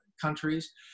countries